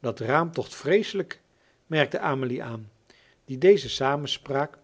dat raam tocht vreeselijk merkte amelie aan die deze samenspraak